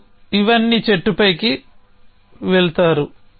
మీరు ఇవన్నీ చెట్టుపైకి వెళతారు